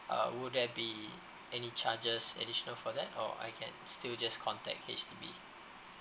uh would there be any charges additional for that or I can still just contact H_D_B